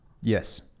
Yes